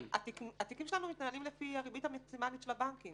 התיקים שלנו מתנהלים לפי הריבית המקסימלית של הבנקים,